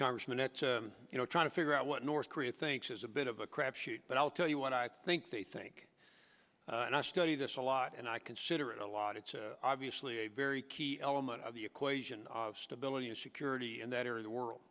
congressman that's you know trying to figure out what north korea thinks is a bit of a crapshoot but i'll tell you what i think they think and i study this a lot and i consider it a lot it's obviously a very key element of the equation of stability and security and that are the world